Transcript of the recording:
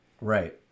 right